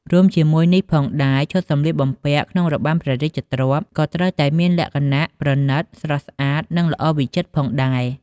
រួមជាមួយនេះផងដែរ ឈុតសម្លៀកបំពាក់ក្នុងរបាំព្រះរាជទ្រព្យក៏ត្រូវតែមានលក្ខណៈ ប្រណីត ស្រស់ស្អាត និងល្អវិចិត្រផងដែរ។